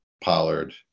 Pollard